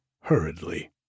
hurriedly